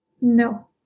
No